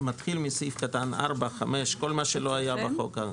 מתחיל מסעיף קטן (4), (5), כל מה שלא היה בחוק.